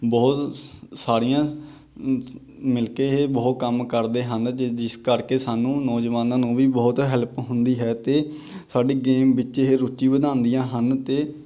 ਬਹੁਤ ਸਾਰੀਆਂ ਮਿਲਕੇ ਇਹ ਬਹੁਤ ਕੰਮ ਕਰਦੇ ਹਨ ਜਿ ਜਿਸ ਕਰਕੇ ਸਾਨੂੰ ਨੌਜਵਾਨਾਂ ਨੂੰ ਵੀ ਬਹੁਤ ਹੈਲਪ ਹੁੰਦੀ ਹੈ ਅਤੇ ਸਾਡੀ ਗੇਮ ਵਿੱਚ ਇਹ ਰੁਚੀ ਵਧਾਉਂਦੀਆਂ ਹਨ ਅਤੇ